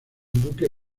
duque